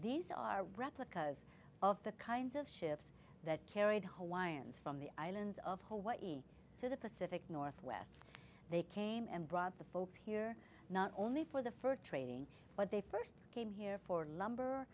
these are replicas of the kinds of shifts that carried home lions from the islands of hawaii to the pacific northwest they came and brought the folks here not only for the first trading but they first came here for lumber